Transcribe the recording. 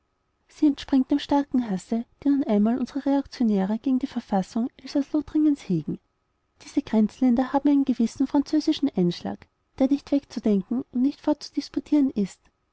sie entspringt dem starken hasse den nun einmal unsere reaktionäre gegen die verfassung elsaß-lothringens hegen diese grenzländer haben einen gewissen französischen einschlag der nicht wegzudenken und nicht fortzudisputieren ist